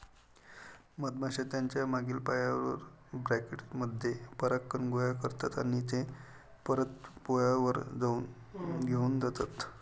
मधमाश्या त्यांच्या मागील पायांवर, बास्केट मध्ये परागकण गोळा करतात आणि ते परत पोळ्यावर घेऊन जातात